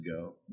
go